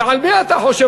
ועל מי אתה חושב,